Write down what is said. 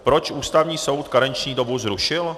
Proč Ústavní soud karenční dobu zrušil?